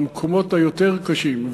למקומות היותר-קשים,